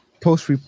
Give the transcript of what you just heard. post